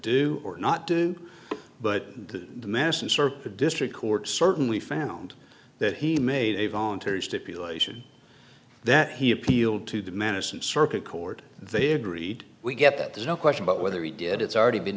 do or not do but the medicine serves the district court certainly found that he made a voluntary stipulation that he appealed to the manison circuit court they agreed we get that there's no question about whether he did it's already been